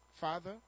father